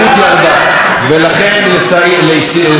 לסעיף 8 אין הסתייגויות.